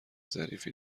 ظریفی